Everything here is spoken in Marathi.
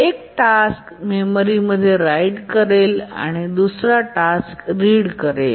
एक टास्क मेमोरीमध्ये राईट करेल दुसरा टास्क रीड करेल